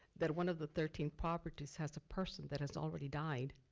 that one of the thirteen properties has a person that has already died.